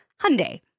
Hyundai